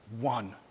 one